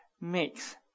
mix